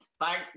Thank